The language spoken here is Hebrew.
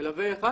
מלווה אחד